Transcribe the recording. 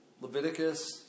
Leviticus